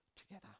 together